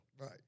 Right